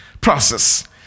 process